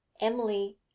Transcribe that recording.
emily